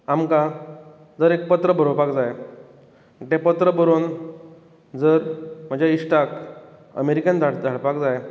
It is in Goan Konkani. आमकां जर एक पत्र बरोवपाक जाय तें पत्र बरोवन जर म्हज्या इश्टाक अमेरिकेन धाडपाक जाय